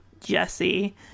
Jesse